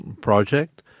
project